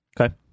Okay